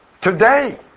Today